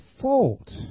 fault